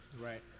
Right